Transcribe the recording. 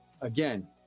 again